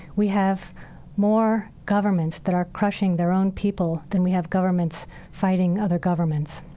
we have more governments that are crushing their own people than we have governments fighting other governments.